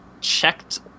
checked